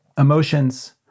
Emotions